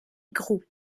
groulx